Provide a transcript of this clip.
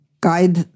guide